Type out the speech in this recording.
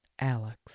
Alex